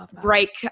break